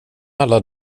alla